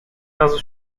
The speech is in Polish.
razu